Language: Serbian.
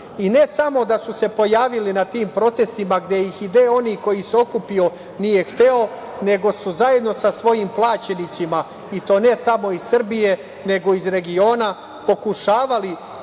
samo da su se pojavili na tim protestima gde ih i oni koji su se okupili nisu hteli, nego su zajedno sa svojim plaćenicima, i to ne samo iz Srbije, nego iz regiona, pokušavali